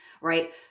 Right